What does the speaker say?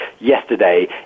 yesterday